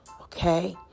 okay